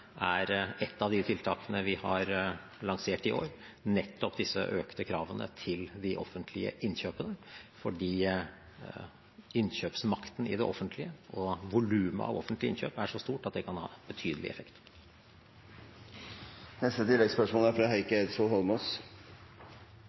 er ett av de tiltakene vi har lansert i år, nettopp de økte kravene til offentlige innkjøp, fordi innkjøpsmakten i det offentlige – og volumet av offentlige innkjøp – er så stor at det kan ha betydelig effekt.